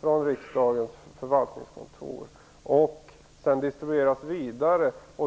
från riksdagens förvaltningskontor och sedan distribueras vidare.